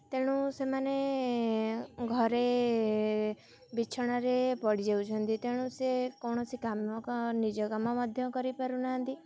ତେଣୁ ସେମାନେ ଘରେ ବିଛଣାରେ ପଡ଼ିଯାଉଛନ୍ତି ତେଣୁ ସେ କୌଣସି କାମ କ'ଣ ନିଜ କାମ ମଧ୍ୟ କରିପାରୁନାହାନ୍ତି